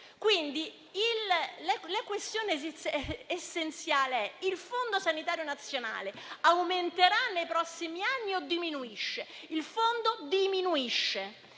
cento. La questione essenziale è: il Fondo sanitario nazionale aumenterà nei prossimi anni o diminuirà? Il Fondo diminuisce